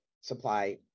supply